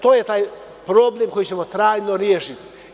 To je taj problem koji ćemo trajno rešiti.